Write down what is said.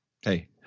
hey